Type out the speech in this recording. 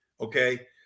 Okay